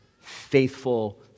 faithful